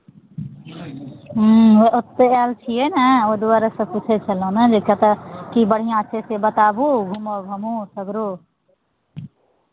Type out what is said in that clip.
ह्म्म ओतहि आयल छियै ने ओहि दुआरेसँ पूछैत छलहुँ ने जे कतय की बढ़िआँ छै से बताबू घूमब हमहूँ सगरो